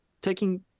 taking